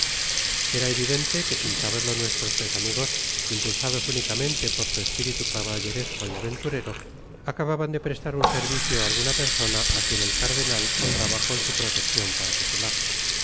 era evidente que sin saberlo nuestros tres amigos impulsados únicamente por su espiritu caballeresco y aventurero acababan de prestar un servicio á alguna persona á quien el cardenal honraba con su proteccion particular